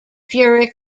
fury